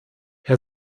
herr